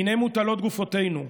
"הינה מוטלות גופותינו,